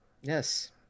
Yes